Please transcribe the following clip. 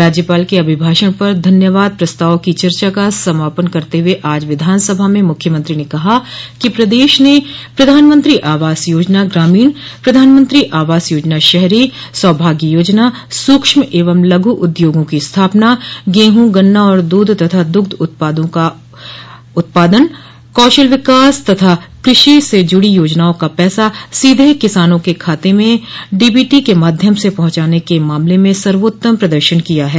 राज्यपाल के अभिभाषण पर धन्यवाद प्रस्ताव की चर्चा का समापन करते हुए आज विधानसभा में मुख्यमंत्री ने कहा कि प्रदेश ने प्रधानमंत्री आवास योजना ग्रामीण प्रधानमंत्री आवास योजना शहरी सौभाग्य योजना सूक्ष्म एवं लघु उद्योगों की स्थापना गेहूं गन्ना और दूध तथा दुग्ध पदार्थो का उत्पादन कौशल विकास तथा कृषि से जुड़ी योजनाओं का पैसा सीधे किसानों के खाते में डो बीटी के माध्यम से पहुंचाने के मामले में सर्वोत्तम प्रदर्शन किया है